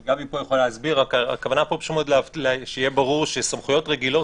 הכוונה פה שיהיה ברור שסמכויות רגילות,